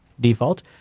default